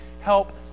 help